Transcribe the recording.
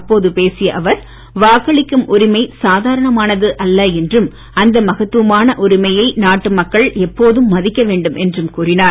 அப்போது பேசிய அவர் வாக்களிக்கும் உரிமை சாதாரணமானது அல்ல என்றும் அந்த மகத்துவமான உரிமையை நாட்டு மக்கள் எப்போதும் மதிக்க வேண்டும் என்றும் கூறினார்